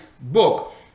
book